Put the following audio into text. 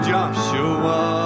Joshua